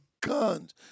guns